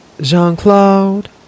Jean-Claude